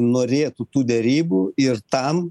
norėtų tų derybų ir tam